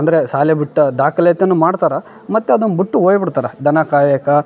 ಅಂದರೆ ಶಾಲೆ ಬಿಟ್ಟ ದಾಖಲೇತಿ ಮಾಡ್ತಾರ ಮತ್ತು ಅದನ್ನ ಬಿಟ್ಟು ಹೋಯಿ ಬಿಡ್ತಾರೆ ದನ ಕಾಯಕ್ಕೆ